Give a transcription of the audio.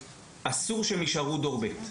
ואסור שהם יישארו דור ב'.